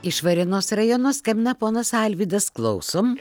iš varėnos rajono skambina ponas alvydas klausom